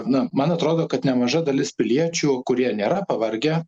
nu man atrodo kad nemaža dalis piliečių kurie nėra pavargę